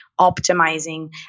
optimizing